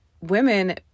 women